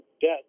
debt